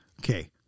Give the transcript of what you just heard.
Okay